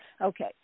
Okay